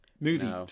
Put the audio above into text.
movie